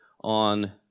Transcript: on